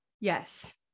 yes